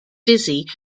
dizzy